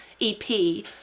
EP